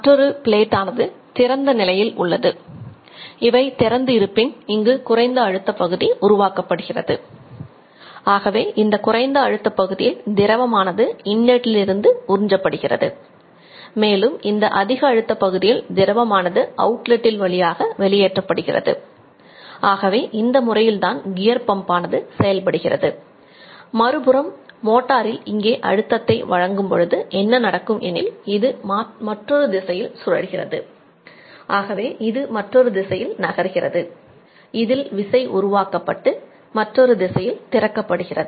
மற்றொரு பிளேட் உருவாக்கப்பட்டு மற்றொரு திசையில் திறக்கப்படுகிறது